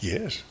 Yes